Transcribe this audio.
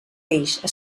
eix